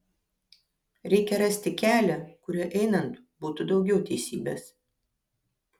reikia rasti kelią kuriuo einant būtų daugiau teisybės